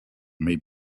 may